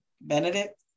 Benedict